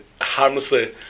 harmlessly